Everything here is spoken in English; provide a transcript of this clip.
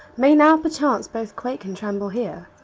may now, perchance, both quake and tremble here,